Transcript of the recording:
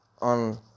on